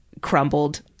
crumbled